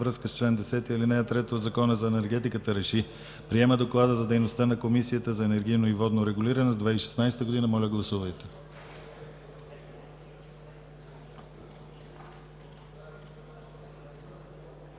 връзка с чл. 10, ал. 3 от Закона за енергетиката РЕШИ: Приема Доклад за дейността на Комисията за енергийно и водно регулиране за 2016 година.“ Моля, гласувайте.